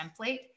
template